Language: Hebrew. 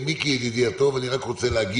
מיקי ידידי הטוב, אני רק רוצה להגיב